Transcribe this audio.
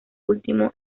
último